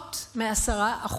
פחות מ-10%,